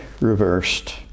reversed